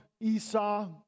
Esau